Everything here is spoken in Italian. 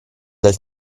del